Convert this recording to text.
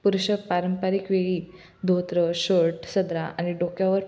पुरुष पारंपारिक वेळी धोतर शर्ट सदरा आणि डोक्यावर